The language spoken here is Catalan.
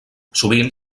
sovint